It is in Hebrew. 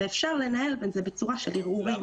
אפשר לנהל את זה בצורה של ערעורים.